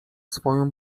swoją